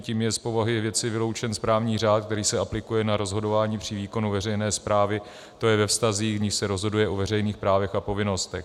Tím je z povahy věci vyloučen správní řád, který se aplikuje na rozhodování při výkonu veřejné správy, tj. ve vztazích, v nichž se rozhoduje o veřejných právech a povinnostech.